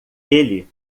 ele